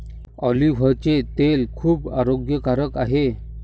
ऑलिव्हचे तेल खूप आरोग्यकारक आहे